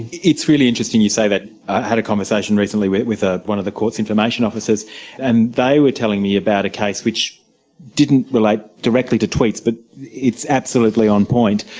it's really interesting you say that. i had a conversation recently with with ah one of the court's information officers and they were telling me about a case which didn't relate directly to tweets, but it's absolutely on point,